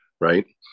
right